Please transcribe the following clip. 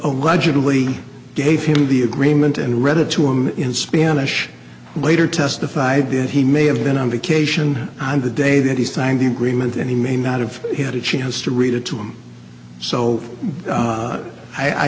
allegedly gave him the agreement and read it to him in spanish later testified that he may have been on vacation on the day that he signed the agreement and he may not have had a chance to read it to him so